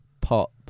pop